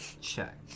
check